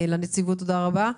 לנציבות, תודה רבה.